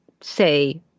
say